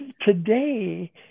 today